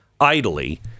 idly